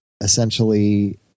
essentially